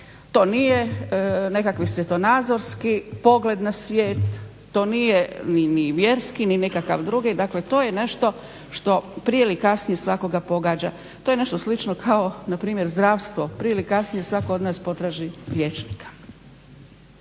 To nije nekakvi svjetonazorski pogled na svijet, to nije ni vjerski ni nekakav drugi, dakle to je nešto što prije ili kasnije svakoga pogađa. To je nešto slično kao npr. zdravstvo, prije ili kasnije svatko od nas potraži liječnika.